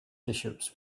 bishops